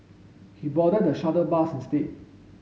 he boarded the shuttle bus instead